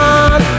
on